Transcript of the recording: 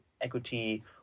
equity